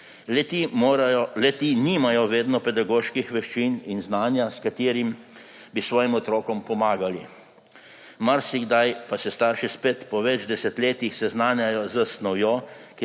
Le-ti nimajo vedno pedagoških veščin in znanja, s katerim bi svojim otrokom pomagali. Marsikdaj pa se starši spet po več desetletjih seznanjajo s snovjo,